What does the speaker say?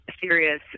serious